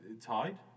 tied